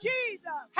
Jesus